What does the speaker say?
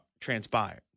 transpired